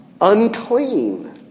unclean